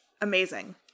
amazing